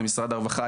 למשרד הרווחה,